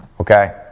Okay